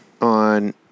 on